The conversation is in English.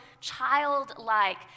childlike